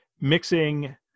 mixing